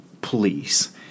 Please